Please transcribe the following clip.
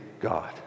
God